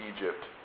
Egypt